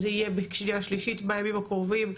זה יהיה בקריאה שניה ושלישית בימים הקרובים,